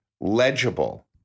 legible